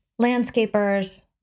landscapers